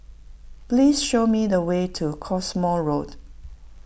please show me the way to Cottesmore Road